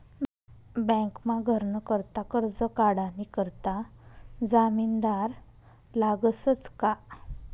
बँकमा घरनं करता करजं काढानी करता जामिनदार लागसच का